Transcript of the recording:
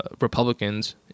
republicans